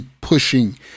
pushing